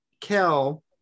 Kel